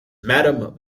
madame